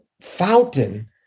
fountain